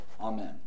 amen